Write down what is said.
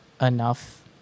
enough